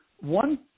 one